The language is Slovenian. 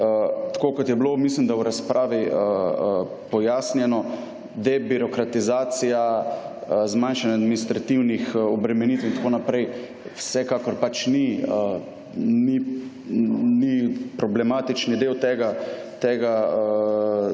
tako kot je bilo, mislim, da v razpravi, pojasnjeno, debirokratizacija, zmanjšanje administrativnih obremenitev in tako naprej. Vsekakor pač ni problematični del tega zakona